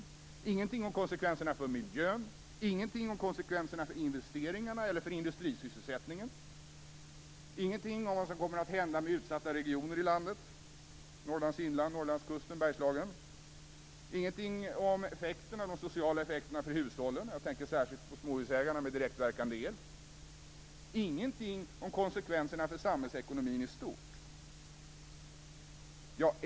Det står ingenting om konsekvenserna för miljön, ingenting om konsekvenserna för investeringarna eller för industrisysselsättningen, ingenting om vad som kommer att hända med utsatta regioner i landet - Norrlands inland, Norrlandskusten, Bergslagen - och ingenting om de sociala effekterna för hushållen. Jag tänker särskilt på småhusägarna med direktverkande el. Det står ingenting om konsekvenserna för samhällsekonomin i stort.